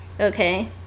okay